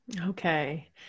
Okay